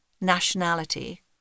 nationality